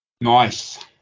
Nice